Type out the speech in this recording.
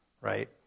right